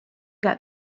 get